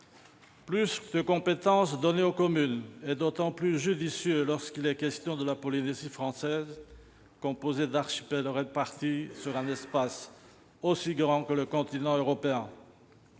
plus de compétences aux communes est d'autant plus judicieux lorsqu'il est question de la Polynésie française, composée d'archipels répartis sur un espace aussi grand que le continent européen.